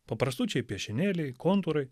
paprastučiai piešinėliai kontūrai